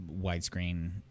widescreen